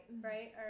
Right